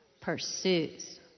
Pursues